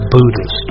Buddhist